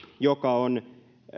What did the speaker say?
joka on